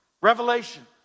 revelation